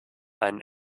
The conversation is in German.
einen